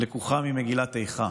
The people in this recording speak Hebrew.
לקוחה ממגילת איכה.